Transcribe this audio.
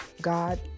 God